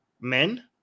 men